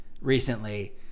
recently